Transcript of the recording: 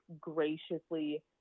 graciously